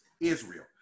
Israel